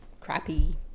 crappy